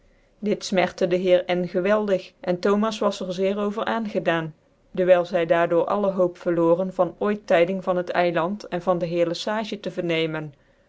dit fmerte de heer n geweldig en thomas was er zeer over aangedaan dewijl zy daar door alle hoop verloren tan ooit tyding van het eiland cn van de heer le sage te vernemen